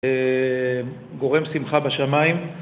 אממ... גורם שמחה בשמיים